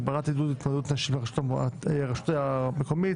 הגברת עידוד התמודדות נשים לראשות רשות מקומית